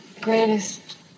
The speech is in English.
Greatest